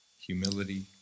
Humility